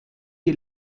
die